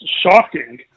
shocking